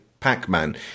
Pac-Man